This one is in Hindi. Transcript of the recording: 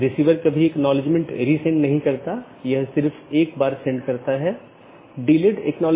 दोनों संभव राउटर का विज्ञापन करते हैं और infeasible राउटर को वापस लेते हैं